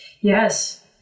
Yes